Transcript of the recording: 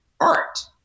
art